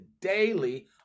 daily